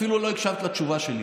אפילו לא הקשבת לתשובה שלי.